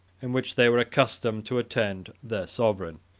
in which they were accustomed to attend their sovereign.